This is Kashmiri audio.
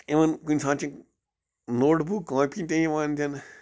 اِوٕن کُنہِ ساتہٕ چھِ نوٹ بُک کاپی تہِ یِوان دِنہٕ